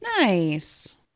Nice